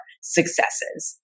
successes